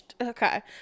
Okay